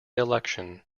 election